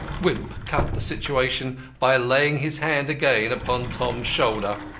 wimp cut the situation by laying his hand again upon tom's shoulder.